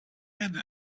had